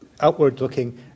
outward-looking